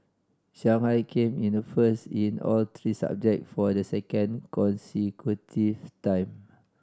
Shanghai came in first in all three subject for the second consecutive time